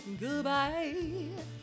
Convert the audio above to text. Goodbye